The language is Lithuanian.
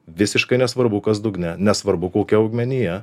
visiškai nesvarbu kas dugne nesvarbu kokia augmenija